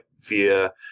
via